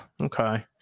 Okay